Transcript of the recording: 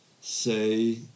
say